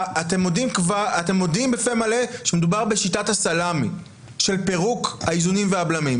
אתם מודים בפה מלא שמדובר בשיטת הסלמי של פירוק האיזונים והבלמים.